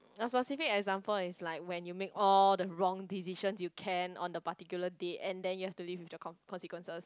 a specific example is like when you make all the wrong decisions you can on the particular date and then you have to live with the con~ consequences